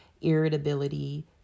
irritability